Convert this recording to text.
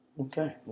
Okay